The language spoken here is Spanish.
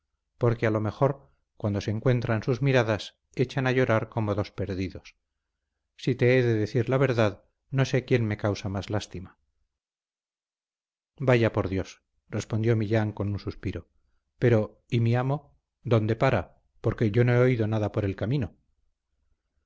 porque a lo mejor cuando se encuentran sus miradas echan a llorar como dos perdidos si te he de decir la verdad no sé quien me causa más lástima vaya por dios respondió millán con un suspiro pero y mi amo dónde para porque yo no he oído nada por el camino